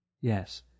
Yes